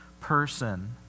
person